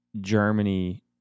Germany